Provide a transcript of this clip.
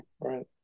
right